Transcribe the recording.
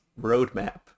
roadmap